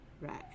Right